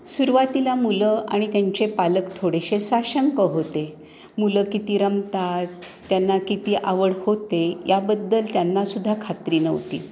सुरुवातीला मुलं आणि त्यांचे पालक थोडेसे साशंक होते मुलं किती रमतात त्यांना किती आवड होते याबद्दल त्यांनासुद्धा खात्री नव्हती